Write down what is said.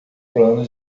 plano